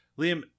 Liam